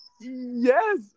yes